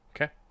Okay